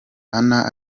anna